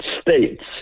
States